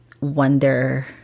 wonder